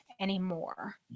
anymore